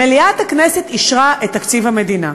מליאת הכנסת אישרה את תקציב המדינה.